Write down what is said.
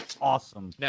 awesome